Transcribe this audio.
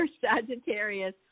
Sagittarius